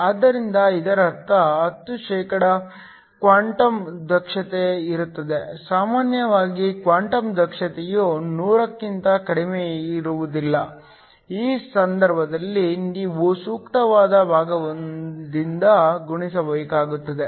ಆದ್ದರಿಂದ ಇದರರ್ಥ 100ಕ್ವಾಂಟಮ್ ದಕ್ಷತೆ ಇರುತ್ತದೆ ಸಾಮಾನ್ಯವಾಗಿ ಕ್ವಾಂಟಮ್ ದಕ್ಷತೆಯು 100 ಕ್ಕಿಂತ ಕಡಿಮೆಯಿರುವುದಿಲ್ಲ ಈ ಸಂದರ್ಭದಲ್ಲಿ ನೀವು ಸೂಕ್ತವಾದ ಭಾಗದಿಂದ ಗುಣಿಸಬೇಕಾಗುತ್ತದೆ